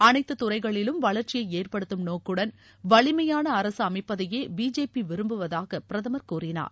அனைத்து துறைகளிலும் வளர்ச்சியை ஏற்படுத்தும் நோக்குடன் வலிமையான அரசு அமைப்பதையே பிஜேபி விரும்புவதாக பிரதமர் கூறினார்